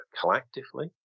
collectively